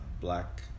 black